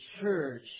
church